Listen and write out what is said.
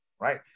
right